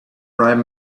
bright